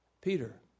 Peter